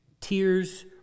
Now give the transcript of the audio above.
tears